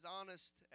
honest